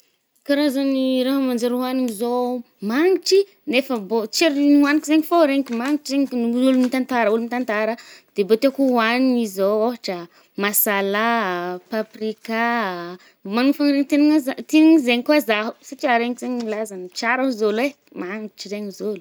Karazan’ny raha manjary ohanigny zao mangitry nefa bô tsy àry nohaniko zaigny fô reniko magnitry zaigny tenin’ôlo mitantara, ôlo mitantara, de bô teko oanigny zao ôhatra masalà a, paprika a, magna faniriagna te ihinagna zah, te ihinagna zaigny koà zaho. Satrià reniko zaigny ny lazany tsara ozy olo e, magnitry zaigny ozy olo.